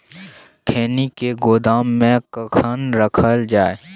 खैनी के गोदाम में कखन रखल जाय?